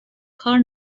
کار